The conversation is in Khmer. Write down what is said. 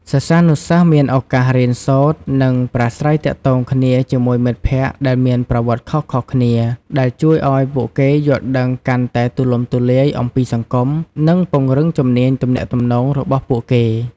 សិស្សានុសិស្សមានឱកាសរៀនសូត្រ និងប្រាស្រ័យទាក់ទងគ្នាជាមួយមិត្តភក្តិដែលមានប្រវត្តិខុសៗគ្នា ដែលជួយឱ្យពួកគេយល់ដឹងកាន់តែទូលំទូលាយអំពីសង្គម និងពង្រឹងជំនាញទំនាក់ទំនងរបស់ពួកគេ។